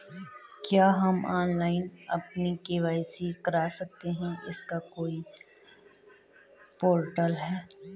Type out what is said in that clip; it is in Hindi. क्या हम ऑनलाइन अपनी के.वाई.सी करा सकते हैं इसका कोई पोर्टल है?